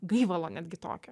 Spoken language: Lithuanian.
gaivalo netgi tokio